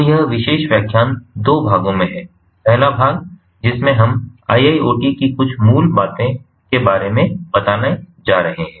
तो यह विशेष व्याख्यान दो भागों में है पहला भाग जिसमें हम IIoT की कुछ मूल बातें के बारे में बताने जा रहे हैं